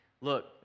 Look